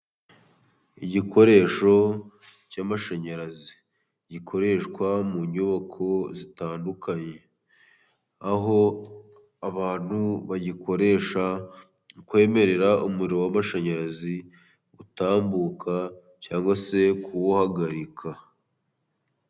Igikoresho cy'amashanyarazi gikoreshwa mu nyubako zitandukanye, aho abantu bagikoresha kwemerera umuriro wamashanyarazi gutambuka cyangwa se kuwuhagarika.